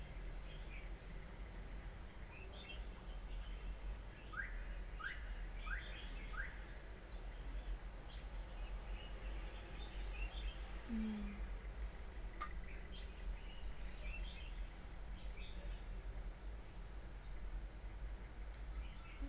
hmm